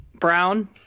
brown